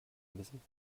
wissen